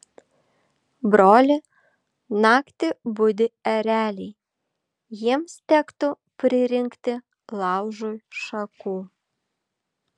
broli naktį budi ereliai jiems tektų pririnkti laužui šakų